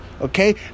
okay